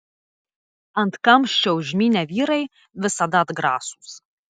ant kamščio užmynę vyrai visada atgrasūs